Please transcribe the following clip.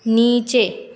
नीचे